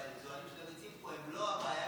והיצואנים של הביצים פה הם לא הבעיה,